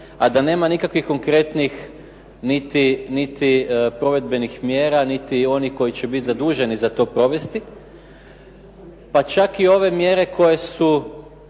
a da nema nikakvih konkretnih niti provedbenih mjera, niti onih koji će biti zaduženi za to provesti, pa čak i ove mjere koje su